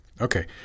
Okay